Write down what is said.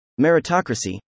meritocracy